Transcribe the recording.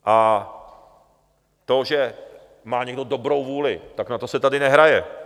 A to, že má někdo dobrou vůli, na to se tady nehraje.